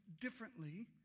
differently